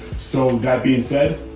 so that being said,